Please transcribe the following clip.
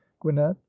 Gwinnett